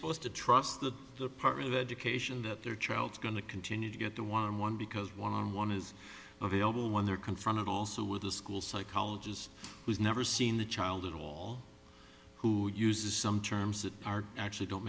supposed to trust the department of education that their child's going to continue to get the one on one because one on one is available when they're confronted also with the school psychologist who's never seen the child at all who uses some terms that are actually don't